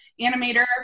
animator